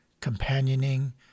companioning